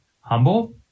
humble